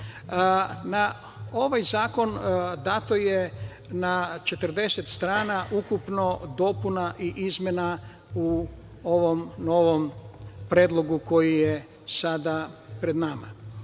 ovaj zakon dato je na 40 strana ukupno dopuna i izmena u ovom novom Predlogu koji je pred nama.